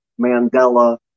Mandela